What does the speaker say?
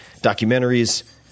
documentaries